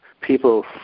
people